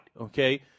Okay